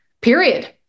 period